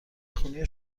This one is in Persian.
خونی